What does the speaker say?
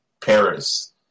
Paris